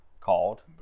called